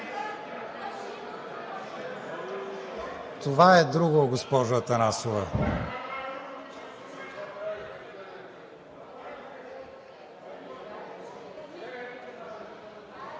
Това е друго, госпожо Атанасова.